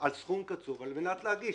על סכום קצוב על מנת להגיש.